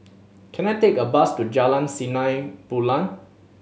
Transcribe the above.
can I take a bus to Jalan Sinar Bulan